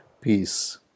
peace